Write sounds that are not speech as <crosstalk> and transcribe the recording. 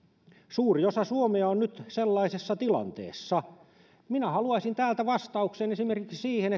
suuri osa suomea on nyt sellaisessa tilanteessa minä haluaisin täältä vastauksen esimerkiksi siihen <unintelligible>